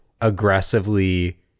aggressively